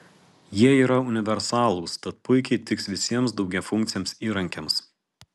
jie yra universalūs tad puikiai tiks visiems daugiafunkciams įrankiams